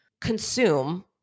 consume